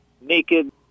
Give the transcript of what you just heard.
naked